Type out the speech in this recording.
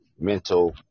mental